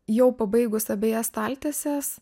jau pabaigus abejas staltieses